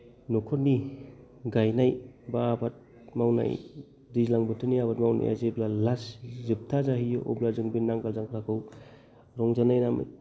न'खरनि गायनाय बा आबाद मावनाय दैज्लां बोथोरनि आबाद मावनाया जेब्ला लास्त जोबथा जाहैयो अब्ला जों बे नांगोल जांख्राखौ रंजानाय नामै